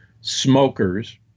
smokers